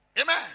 Amen